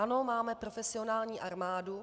Ano, máme profesionální armádu.